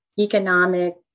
economic